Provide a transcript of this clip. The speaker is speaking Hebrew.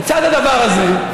לצד הדבר הזה,